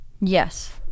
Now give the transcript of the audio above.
Yes